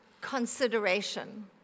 consideration